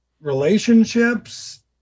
relationships